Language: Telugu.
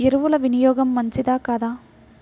ఎరువుల వినియోగం మంచిదా కాదా?